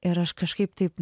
ir aš kažkaip taip